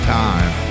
time